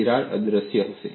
તિરાડ અદ્રશ્ય હશે